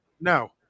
No